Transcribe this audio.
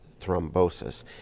thrombosis